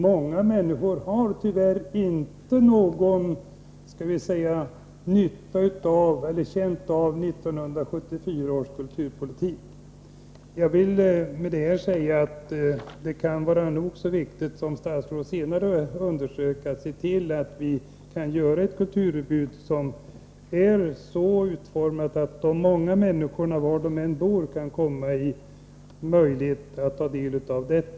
Många människor har tyvärr inte någon nytta av och har inte känt av 1974 års kulturpolitiska beslut. Det kan vara nog så viktigt, som statsrådet senare underströk, att se till att skapa ett kulturutbud så utformat att människor, var de än bor, kan komma i åtnjutande av det.